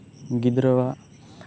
ᱜᱤᱫᱽᱨᱟᱹᱣᱟᱜ